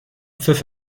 pfiff